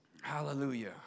hallelujah